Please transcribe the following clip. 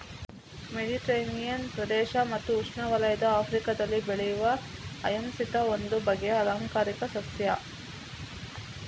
Mediterranean ಪ್ರದೇಶ ಮತ್ತು ಉಷ್ಣವಲಯದ ಆಫ್ರಿಕಾದಲ್ಲಿ ಬೆಳೆಯುವ ಹಯಸಿಂತ್ ಒಂದು ಬಗೆಯ ಆಲಂಕಾರಿಕ ಸಸ್ಯ